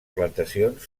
plantacions